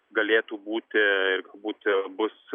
galėtų būti ir būti bus